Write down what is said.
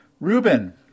Ruben